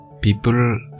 people